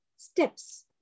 Steps